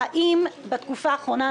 האם בתקופה האחרונה,